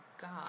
god